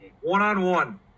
one-on-one